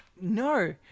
No